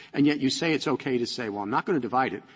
and yet, you say it's okay to say, well, i'm not going to divide it,